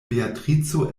beatrico